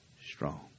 strong